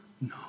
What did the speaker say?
No